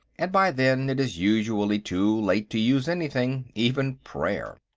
and by then, it is usually too late to use anything, even prayer.